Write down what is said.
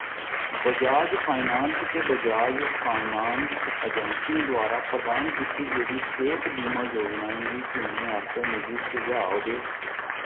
Bajaj finance ते Bajaj finance अजैंसियें द्वारा प्रदान कीती गेदी सेह्त बीमा योजनाएं गी चुनने आस्तै मिगी सुझाऽ देओ